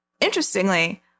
interestingly